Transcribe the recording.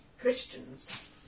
Christians